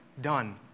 done